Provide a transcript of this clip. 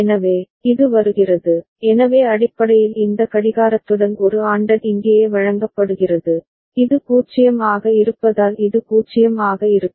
எனவே இது வருகிறது எனவே அடிப்படையில் இந்த கடிகாரத்துடன் ஒரு ANDed இங்கேயே வழங்கப்படுகிறது இது 0 ஆக இருப்பதால் இது 0 ஆக இருக்கும்